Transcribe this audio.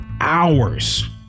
hours